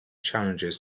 challenges